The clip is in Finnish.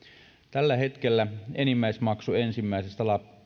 tällä hetkellä enimmäismaksu ensimmäisestä